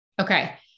Okay